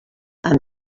amb